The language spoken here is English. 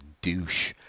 douche